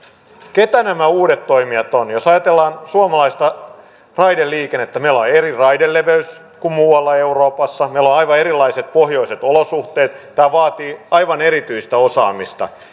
keitä nämä uudet toimijat ovat jos ajatellaan suomalaista raideliikennettä niin meillä on eri raideleveys kuin muualla euroopassa meillä on aivan erilaiset pohjoiset olosuhteet tämä vaatii aivan erityistä osaamista